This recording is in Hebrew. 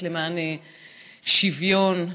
למען שוויון,